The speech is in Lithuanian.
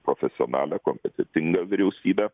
profesionalią kompetentingą vyriausybę